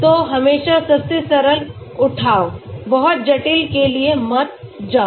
तो हमेशा सबसे सरल उठाओ बहुत जटिल के लिए मत जाओ